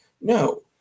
No